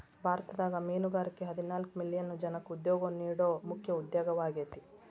ಭಾರತದಾಗ ಮೇನುಗಾರಿಕೆ ಹದಿನಾಲ್ಕ್ ಮಿಲಿಯನ್ ಜನಕ್ಕ ಉದ್ಯೋಗ ನೇಡೋ ಮುಖ್ಯ ಉದ್ಯಮವಾಗೇತಿ